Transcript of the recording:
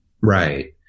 Right